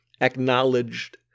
acknowledged